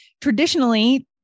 traditionally